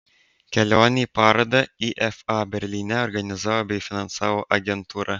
kelionę į parodą ifa berlyne organizavo bei finansavo agentūra